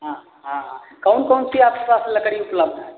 हं हाँ हाँ कौन कौन सी आपके पास लकड़ी उपलब्ध हैं